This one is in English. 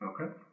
Okay